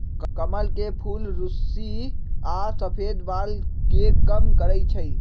कमल के फूल रुस्सी आ सफेद बाल के कम करई छई